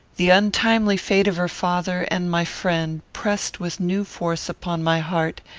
the untimely fate of her father and my friend pressed with new force upon my heart,